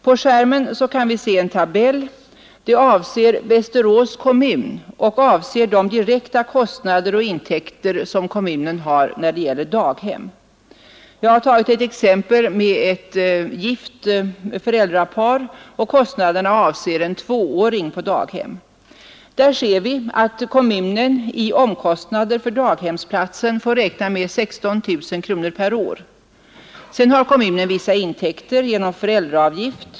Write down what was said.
På TV-skärmen kan vi se en tabell, som avser Västerås kommun. Den upptar de direkta kostnader och intäkter som kommunen har när det gäller daghem. Jag har som exempel tagit ett gift föräldrapar, och kostnaderna avser en tvååring på daghem. Vi ser att kommunen i omkostnader för daghemsplatsen får räkna med 16 000 kronor per år. Sedan har kommunen vissa intäkter genom föräldraavgift.